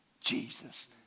Jesus